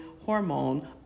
hormone